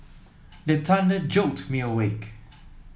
the thunder jolt me awake